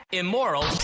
immoral